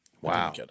Wow